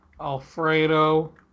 Alfredo